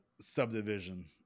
subdivision